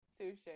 Sushi